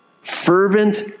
fervent